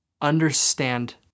understand